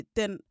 den